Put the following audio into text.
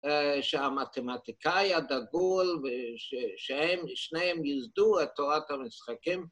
‫שהמתמטיקאי הדגול, ‫שניהם יסדו את תורת המשחקים.